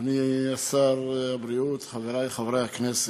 אדוני שר הבריאות, חברי חברי הכנסת,